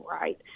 Right